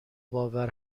باور